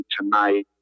tonight